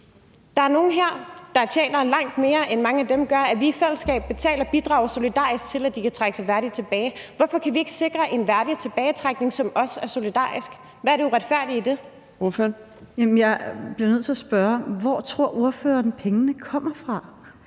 her er nogle, der tjener langt mere, end mange af dem gør, og solidarisk skal betale et bidrag til, at de kan trække sig værdigt tilbage. Hvorfor kan vi ikke sikre en værdig tilbagetrækning, som også er solidarisk? Hvad er det uretfærdige i det? Kl. 17:10 Fjerde næstformand (Trine Torp): Ordføreren. Kl. 17:10 Pernille